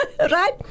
right